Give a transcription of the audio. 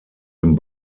dem